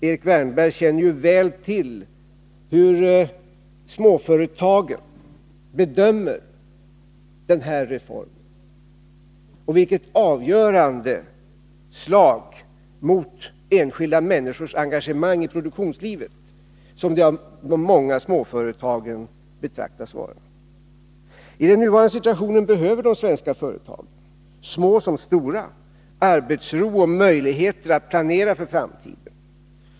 Erik Wärnberg känner ju väl till hur småföretagen bedömer denna reform och vilket avgörande slag mot enskilda människors engagemang i produktionslivet som det av de många småföretagen betraktas vara. I den nuvarande situationen behöver de svenska företagen — små som stora —- arbetsro och möjligheter att planera för framtiden.